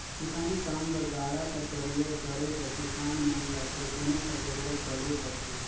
किसानी काम बर गाड़ा कर परियोग करे बर किसान मन ल टेकोना कर जरूरत परबे करथे